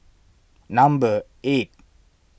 number eight